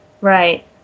Right